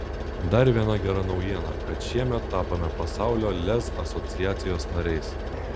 dar viena gera naujiena kad šiemet tapome pasaulio lez asociacijos nariais